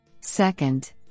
Second